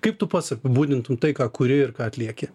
kaip tu pats apibūdintum tai ką kuri ir ką atlieki